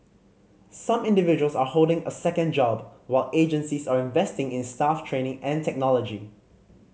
some individuals are holding a second job while agencies are investing in staff training and technology